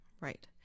Right